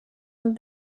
that